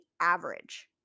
average